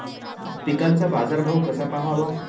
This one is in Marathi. पिकांचा बाजार भाव कसा पहावा?